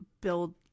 build